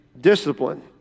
discipline